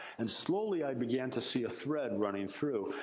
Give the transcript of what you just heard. and, slowly i began to see a thread running through.